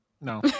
No